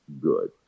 good